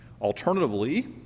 Alternatively